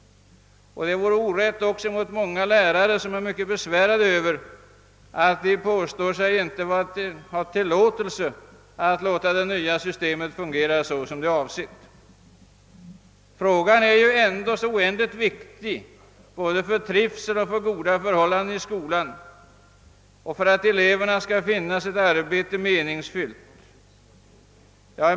Det vore orätt också mot många lärare, som är mycket besvärade av att de — som de påstår — inte har tillåtelse att låta det nya systemet fungera så som det är avsett. Frågan är ändå oändligt viktig både för trivsel och goda förhållanden i skolan och för att eleverna skall finna sitt arbete meningsfyllt.